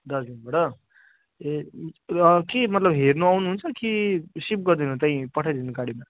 दार्जिलिङबाट ए कि मतलब हेर्न आउनुहुन्छ कि सिफ्ट गरिदिनु त्यहीँ पठाइदिनु गाडीमा